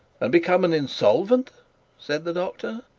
and become an insolvent said the doctor.